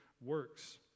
works